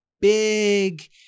big